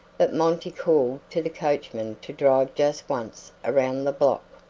but monty called to the coachman to drive just once around the block.